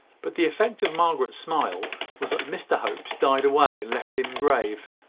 but the effect of margaret's smile was that mr hope's died away, and left him grave.